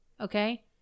okay